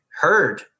heard